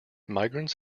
migrants